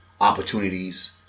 opportunities